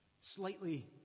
slightly